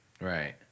right